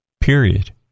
Period